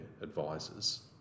advisors